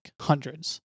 hundreds